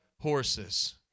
horses